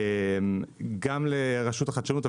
גם לרשות החדשנות,